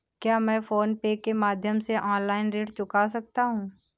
क्या मैं PhonePe के माध्यम से ऑनलाइन ऋण चुका सकता हूँ?